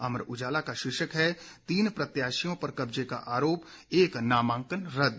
अमर उजाला का शीर्षक है तीन प्रत्याशियों पर कब्जे का आरोप एक नामांकन रदद